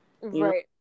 right